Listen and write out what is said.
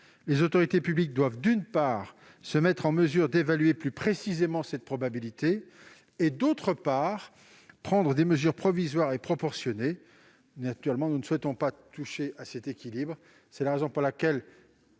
les autorités publiques doivent, d'une part, se mettre en mesure d'évaluer plus précisément cette probabilité, d'autre part, prendre des mesures provisoires et proportionnées. La commission ne souhaite pas toucher à cet équilibre. Retrait ou avis